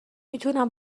میتونم